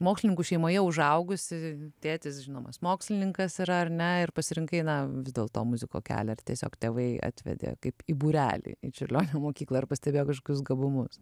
mokslininkų šeimoje užaugusi tėtis žinomas mokslininkas yra ar ne ir pasirinkai na vis dėlto muziko kelią ar tiesiog tėvai atvedė kaip į būrelį į čiurlionio mokyklą ar pastebėjo kažkokius gabumus